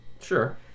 Sure